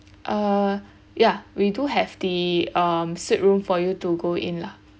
uh ya we do have the um suite room for you to go in lah